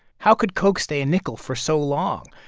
how could coke stay a nickel for so long?